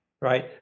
Right